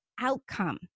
outcome